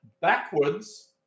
backwards